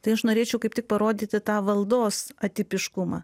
tai aš norėčiau kaip tik parodyti tą valdos atipiškumą